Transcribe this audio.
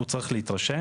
הוא צריך להתרשם,